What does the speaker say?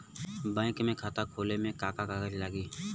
Bank में खाता खोले मे का का कागज लागी?